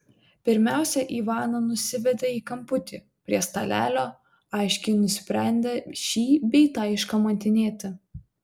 pirmiausia ivaną nusivedė į kamputį prie stalelio aiškiai nusprendę šį bei tą iškamantinėti